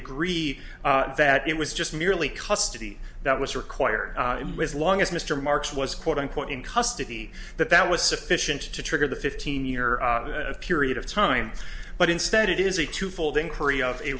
agree that it was just merely custody that was required as long as mr marks was quote unquote in custody that that was sufficient to trigger the fifteen year period of time but instead it is a